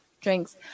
drinks